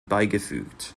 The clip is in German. beigefügt